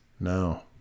No